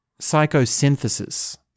psychosynthesis